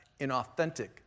inauthentic